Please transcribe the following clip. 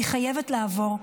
היא חייבת לעבור.